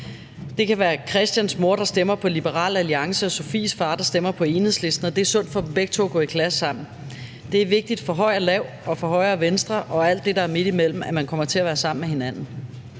Det kan være Christians mor, der stemmer på Liberal Alliance, og Sofies far, der stemmer på Enhedslisten, og det er sundt for dem begge to at gå i klasse sammen. Det er vigtigt for høj og lav, for højre- og venstreorienterede og alt det, der er midt imellem, at man kommer til at være sammen med hinanden.